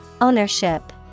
Ownership